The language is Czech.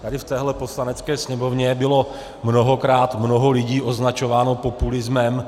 Tady v této Poslanecké sněmovně bylo mnohokrát mnoho lidí označováno populismem.